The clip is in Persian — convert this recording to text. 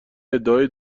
ادعای